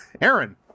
Aaron